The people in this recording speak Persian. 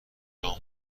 جان